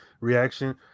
reaction